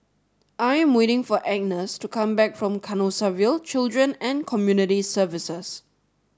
I'm waiting for Agnes to come back from Canossaville Children and Community Services